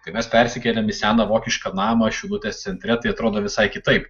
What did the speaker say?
kai mes persikėlėm į seną vokišką namą šilutės centre tai atrodo visai kitaip